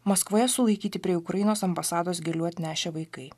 maskvoje sulaikyti prie ukrainos ambasados gėlių atnešę vaikai